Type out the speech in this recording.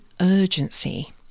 urgency